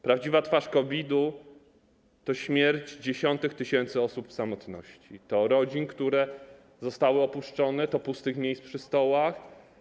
Prawdziwa twarz COVID-u to śmierć dziesiątek tysięcy osób w samotności, rodziny, które zostały opuszczone, puste miejsca przy stołach.